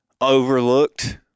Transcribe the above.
overlooked